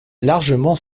largement